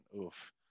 Oof